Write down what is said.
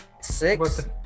six